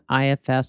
IFS